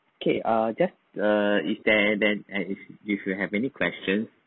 okay err just err is there then an~ if if you have any questions